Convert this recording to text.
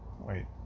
wait